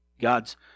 God's